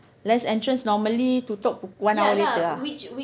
last entrance normally tutup one hour later ah